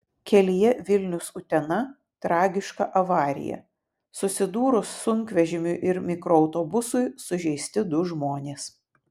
kelyje vilnius utena tragiška avarija susidūrus sunkvežimiui ir mikroautobusui sužeisti du žmonės